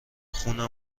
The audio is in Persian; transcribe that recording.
خونه